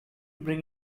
bring